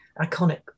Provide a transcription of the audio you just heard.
iconic